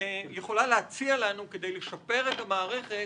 יכולה להציע לנו כדי לשפר את המערכת